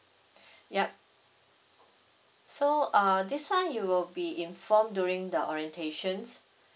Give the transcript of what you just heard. ya so uh this one you will be informed during the orientation